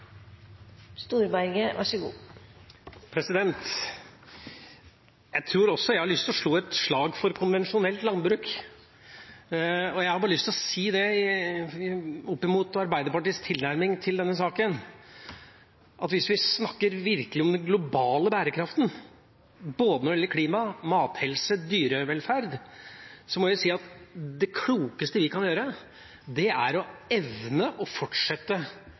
Jeg tror også jeg har lyst til å slå et slag for konvensjonelt landbruk. Jeg har lyst til bare å si – opp mot Arbeiderpartiets tilnærming til denne saken – at hvis vi snakker om den virkelige globale bærekraften, både når det gjelder klima, mathelse og dyrevelferd, så må jeg si at det klokeste vi kan gjøre, er å evne å fortsette